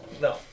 No